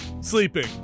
sleeping